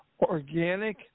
organic